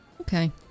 Okay